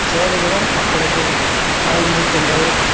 சேவைகளும் மக்களுக்கு கலை நுணுக்கங்கள்